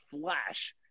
flash